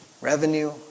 revenue